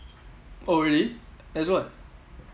oh really as what